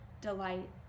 delight